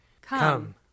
Come